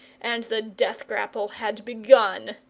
and the death-grapple had begun.